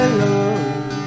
love